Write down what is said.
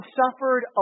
suffered